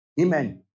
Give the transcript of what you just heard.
Amen